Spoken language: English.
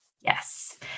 Yes